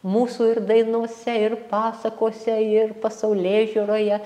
mūsų ir dainose ir pasakose ir pasaulėžiūroje